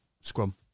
scrum